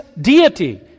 deity